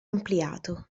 ampliato